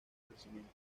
crecimiento